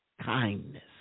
kindness